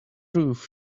roof